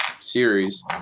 series